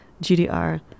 GDR